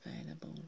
available